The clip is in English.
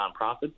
nonprofit